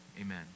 Amen